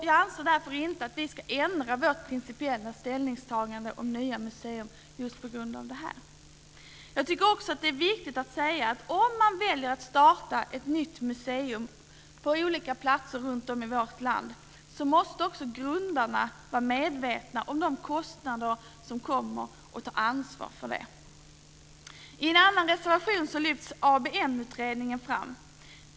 Jag anser därför inte att vi ska ändra vårt principiella ställningstagande om nya museer just på grund av detta. Jag tycker också att det är viktigt att säga att om man väljer att starta nya museer på olika platser runtom i vårt land, måste grundarna vara medvetna om de kostnader som uppstår och ta ansvar för dem. I en annan reservation lyfts ABM-utredningen fram.